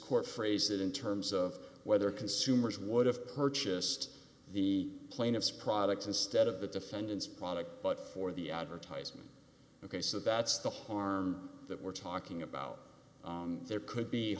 court phrase that in terms of whether consumers would have purchased the plaintiffs products instead of the defendants product but for the advertisement ok so that's the harm that we're talking about there could be